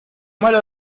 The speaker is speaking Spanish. malo